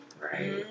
Right